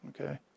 Okay